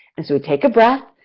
and we take a breath,